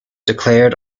declared